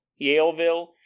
Yaleville